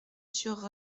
sur